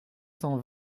cent